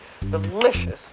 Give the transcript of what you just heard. delicious